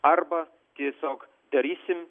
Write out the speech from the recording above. arba tiesiog darysim